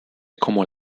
como